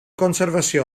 conservació